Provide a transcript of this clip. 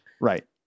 right